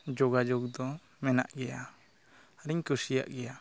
ᱡᱳᱜᱟᱡᱳᱜᱽ ᱫᱚ ᱢᱮᱱᱟᱜ ᱜᱮᱭᱟ ᱟᱨᱤᱧ ᱠᱩᱥᱤᱭᱟᱜ ᱜᱮᱭᱟ